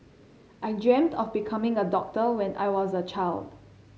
I dreamt of becoming a doctor when I was a child